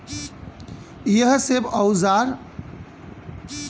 यह सब औजार कहवा से उपलब्ध होखेला?